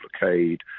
blockade